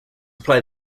apply